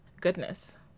goodness